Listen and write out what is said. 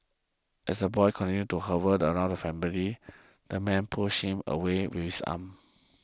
as the boy continues to hover around the family the man pushes him away with his arm